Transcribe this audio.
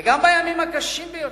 וגם בימים הקשים ביותר,